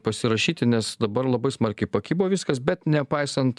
pasirašyti nes dabar labai smarkiai pakibo viskas bet nepaisant